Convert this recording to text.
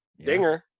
dinger